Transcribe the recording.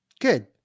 good